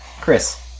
Chris